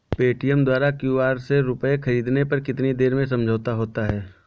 Paytm द्वारा QR से रूपए ख़रीदने पर कितनी देर में समझौता होता है?